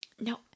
No